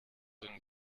den